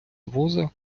воза